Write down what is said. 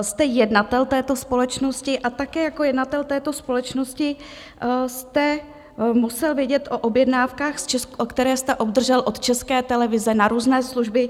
Jste jednatel této společnosti a také jako jednatel této společnosti jste musel vědět o objednávkách, které jste obdržel od České televize na různé služby.